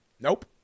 Nope